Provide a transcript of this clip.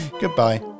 Goodbye